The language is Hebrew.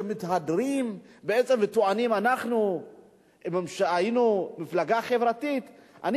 שמתהדרים וטוענים: אנחנו היינו מפלגה חברתית אני